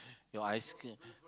your ice-cream